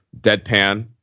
deadpan